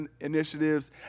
initiatives